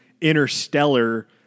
interstellar